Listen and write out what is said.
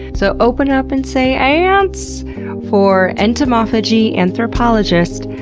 so open up and say ants for entomophagy anthropologist,